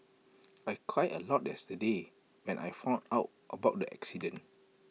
I cried A lot yesterday when I found out about the accident